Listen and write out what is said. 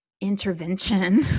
intervention